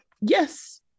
yes